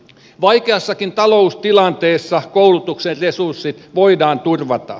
vaikeassakin taloustilanteessa koulutuksen resurssit voidaan turvata